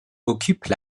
occupent